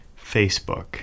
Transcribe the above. Facebook